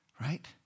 Right